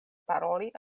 paroli